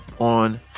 on